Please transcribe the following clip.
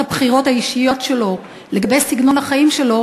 הבחירות האישיות שלו לגבי סגנון החיים שלו,